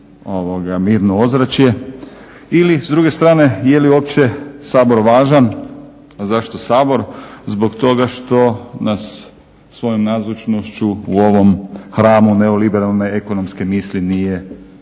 mirno ozračje ili s druge strane, je li uopće Sabor važan? Zašto Sabor? Zbog toga što nas svojom nazočnošću u ovom hramu neoliberalne ekonomske misli nije se